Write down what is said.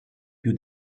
più